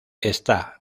está